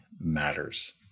matters